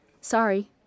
Sorry